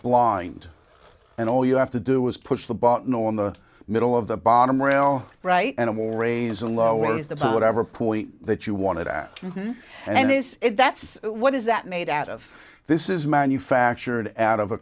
blind and all you have to do is push the button on the middle of the bottom rail right animal raise and lower is the whatever point that you wanted and this is that's what is that made out of this is manufactured out of a